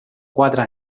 quatre